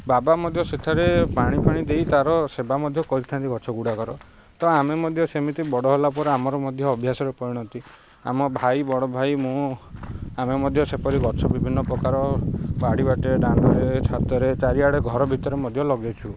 ବାବା ମଧ୍ୟ ସେଠାରେ ପାଣିଫାଣି ଦେଇ ତା'ର ସେବା ମଧ୍ୟ କରିଥାନ୍ତି ଗଛ ଗୁଡ଼ାକର ତ ଆମେ ମଧ୍ୟ ସେମିତି ବଡ଼ ହେଲା ପରେ ଆମର ମଧ୍ୟ ଅଭ୍ୟାସରେ ପରିଣତ ଆମ ଭାଇ ବଡ଼ ଭାଇ ମୁଁ ଆମେ ମଧ୍ୟ ସେପରି ଗଛ ବିଭିନ୍ନ ପ୍ରକାର ବାଡ଼ି ବାଟରେ ଦାଣ୍ଡରେ ଛାତରେ ଚାରିଆଡ଼େ ଘର ଭିତରେ ମଧ୍ୟ ଲଗେଇଛୁ